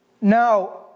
Now